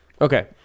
Okay